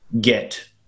get